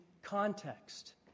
Context